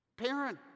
parent